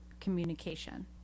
communication